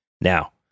Now